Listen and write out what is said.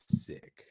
sick